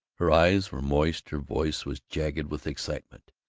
her eyes were moist, her voice was jagged with excitement.